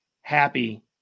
happy